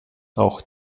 auch